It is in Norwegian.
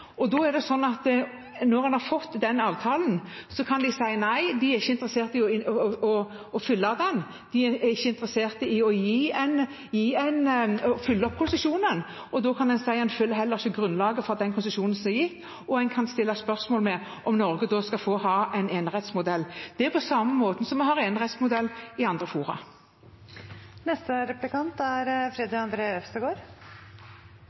og da er det sånn at når en har fått den avtalen, kan en si nei, en er ikke interessert i å følge den, en er ikke interessert i å følge opp konsesjonen, og da kan en si at en heller ikke oppfyller grunnlaget for den konsesjonen som er gitt, og en kan stille spørsmål ved om Norge da skal få ha en enerettsmodell. Det er på samme måten som vi har enerettmodell i andre fora. Som statsråd Bollestad refererte til, har vi et forslag til vedtak som det ennå ikke er